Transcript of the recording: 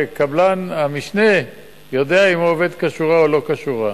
שקבלן המשנה יודע אם הוא עובד כשורה או לא כשורה.